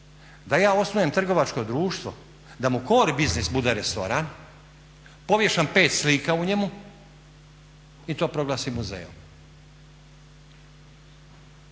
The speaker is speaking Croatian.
da ja osnujem trgovačko društvo, da mu core biznis bude restoran, povješam pet slika u njemu i to proglasi muzejom.